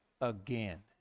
again